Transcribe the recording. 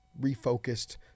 refocused